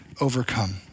overcome